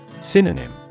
Synonym